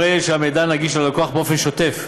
הרי שהמידע נגיש ללקוח באופן שוטף,